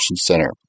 center